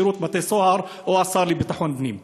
שהיא שירות בתי-הסוהר או השר לביטחון הפנים.